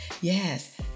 Yes